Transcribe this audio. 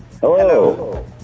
Hello